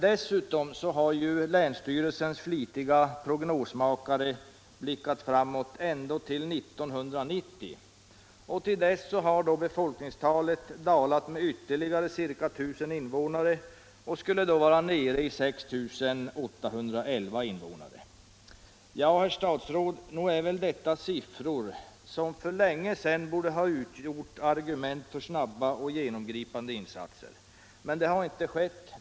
Dessutom har länsstyrelsens flitiga prognosmakare blickat fram ända till 1990, och till dess har befolkningstalet dalat ner med ytterligare ca 1000 invånare och skulle då vara nere i 6 811. Ja, herr statsråd, nog är väl detta siffror som för länge sedan borde ha utgjort argument för snabba och genomgripande insatser. Men det har inte skett.